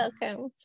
welcome